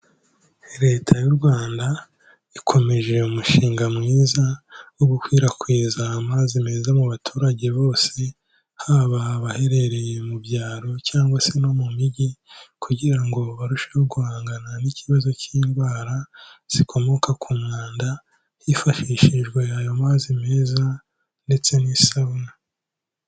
Leta y'u Rwanda ikomeje umushinga mwiza wo gukwirakwiza amazi meza mu baturage bose haba abaherereye mu byaro cyangwa se no mu mijyi kugira ngo barusheho guhangana n'ikibazo cy'indwara zikomoka ku mwanda hifashishijwe ayo mazi meza ndetse n'isabune.